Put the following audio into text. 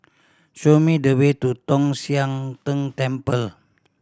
show me the way to Tong Sian Tng Temple